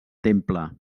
temple